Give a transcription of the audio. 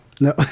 No